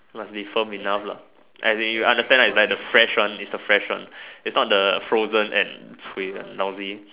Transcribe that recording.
must be firm enough lah as in you understand right it's like the fresh one it's the fresh one it's not the frozen end with lousy